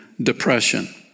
depression